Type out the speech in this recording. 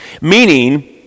meaning